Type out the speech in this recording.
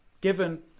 given